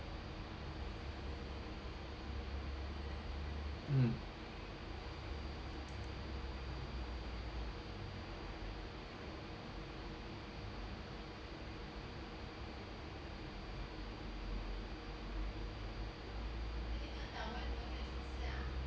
mm